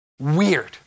Weird